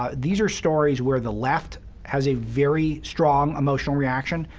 ah these are stories where the left has a very strong emotional reaction,